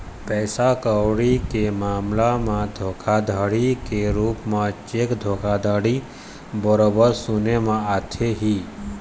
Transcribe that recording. पइसा कउड़ी के मामला म धोखाघड़ी के रुप म चेक धोखाघड़ी बरोबर सुने म आथे ही